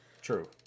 True